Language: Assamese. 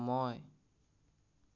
সময়